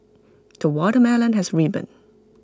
the watermelon has ripened